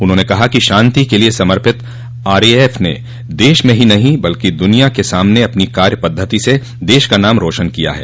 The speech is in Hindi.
उन्होंने कहा कि शांति के लिए समर्पित आरएएफ ने देश में ही नहीं दुनिया के सामने अपनी कार्य पद्धति से देश का नाम रोशन किया है